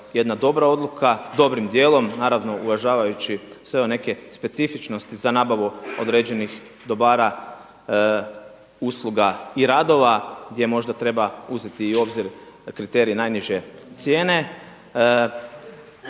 jedna dobra odluka, dobrim dijelom, naravno uvažavajući sve neke specifičnosti za nabavu određenih dobara usluga i radova gdje možda treba uzeti i obzir kriterije najniže cijene